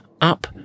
up